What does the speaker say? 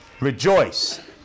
rejoice